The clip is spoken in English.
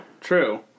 true